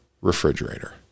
refrigerator